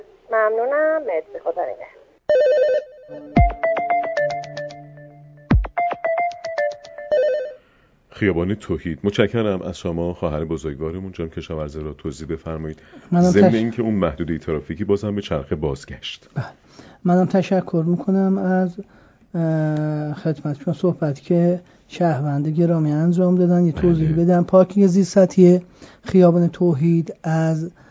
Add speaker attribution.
Speaker 1: ممنونم. مرسی. خدا نگهدار.
Speaker 2: خیابان توحید. متشکرم از شما، خواهر بزرگوارمون. جان کشاورزه را توضیح بفرمایید.
Speaker 3: منم
Speaker 2: ضمن
Speaker 3: تش-
Speaker 2: اینکه اون محدوده ترافیکی باز هم به چرخه بازگشت.
Speaker 3: بله. منم تشکر می‌کنم از، اه، خدمت شما صحبت که شهروند گرامی انجام دادن. یه توضیح
Speaker 2: بله.
Speaker 3: بدم. پارکینگ زیرسطحی خیابان توحید از